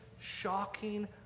shocking